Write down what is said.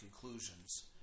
conclusions